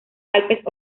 alpes